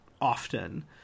often